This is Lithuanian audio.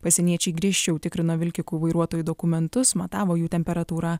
pasieniečiai griežčiau tikrino vilkikų vairuotojų dokumentus matavo jų temperatūrą